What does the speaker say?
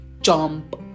jump